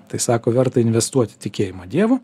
tai sako verta investuot į tikėjimą dievu